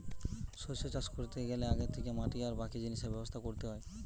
শস্য চাষ কোরতে গ্যালে আগে থিকে মাটি আর বাকি জিনিসের ব্যবস্থা কোরতে হয়